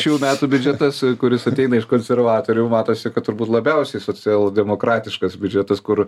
šių metų biudžetas kuris ateina iš konservatorių matosi kad turbūt labiausiai socialdemokratiškas biudžetas kur